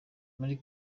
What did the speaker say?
muri